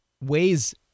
ways